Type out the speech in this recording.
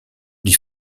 lui